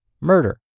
murder